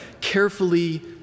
carefully